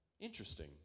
Interesting